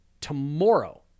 tomorrow